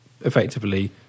effectively